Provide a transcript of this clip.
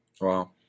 Wow